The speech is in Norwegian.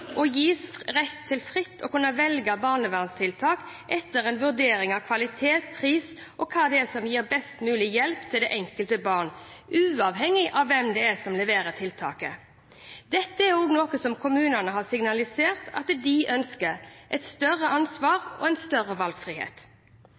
og gis rett til fritt å kunne velge barnevernstiltak etter en vurdering av kvalitet, pris og hva som gir best mulig hjelp til det enkelte barn, uavhengig av hvem det er som leverer tiltaket. Kommunene har også signalisert at de ønsker et større ansvar